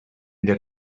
that